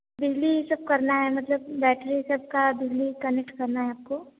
बिजली सब करना है मतलब बैटरी सब का बिजली कनेक्ट करना है आपको